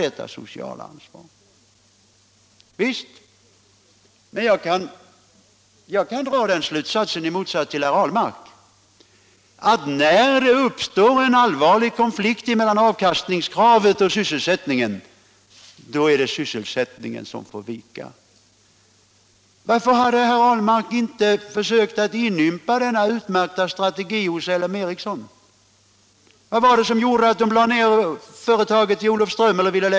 Det skall vi visst göra, men jag kan dra den slutsatsen, i motsats till herr Ahlmark, att när det uppstår en allvarlig konflikt mellan avkastningskravet och sysselsättningen, då är det sysselsättningen som får vika. Varför hade herr Ahlmark inte försökt inympa denna utmärkta strategi hos L M Ericsson? Vad var det som gjorde att L M ville lägga ner företaget i Olofström?